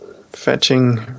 fetching